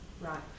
right